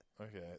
Okay